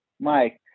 Mike